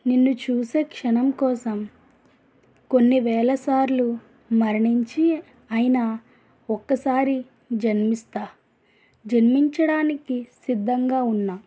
నిన్ను చూసే క్షణం కోసం కొన్ని వేల సార్లు మరణించి అయినా ఒక్కసారి జన్మిస్తాను జన్మించడానికి సిద్ధంగా ఉన్నాను